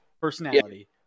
personality